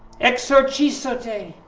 extra cheese satay,